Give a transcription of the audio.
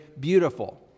beautiful